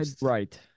Right